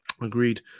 Agreed